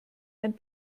ein